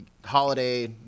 Holiday